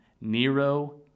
Nero